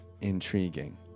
Intriguing